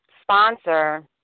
sponsor